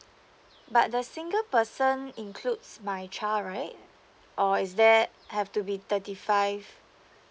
but the single person includes my child right or is that have to be thirty five